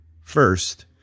First